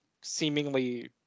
seemingly